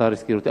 השר הזכיר אותי.